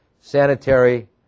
sanitary